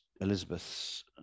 Elizabeth's